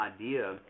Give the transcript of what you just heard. idea